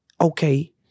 Okay